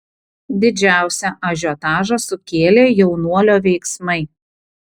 didžiausią ažiotažą sukėlė jaunuolio veiksmai